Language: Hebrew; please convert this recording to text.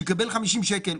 שיקבל 50 שקלים.